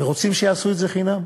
ורוצים שיעשו את זה חינם.